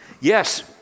Yes